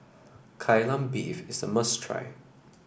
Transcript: Kai Lan Beef is a must try